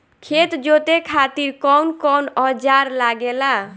खेत जोते खातीर कउन कउन औजार लागेला?